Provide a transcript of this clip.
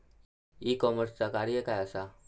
E कॉमर्सचा कार्य काय असा?